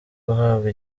guhabwa